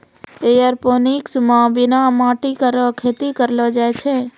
aeroponics म बिना माटी केरो खेती करलो जाय छै